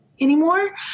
anymore